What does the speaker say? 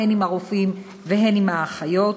הן עם הרופאים והן עם האחיות,